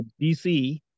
DC